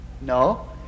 No